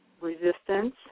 resistance